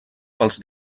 pels